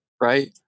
Right